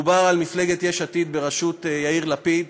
מדובר על מפלגת יש עתיד בראשות יאיר לפיד,